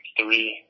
three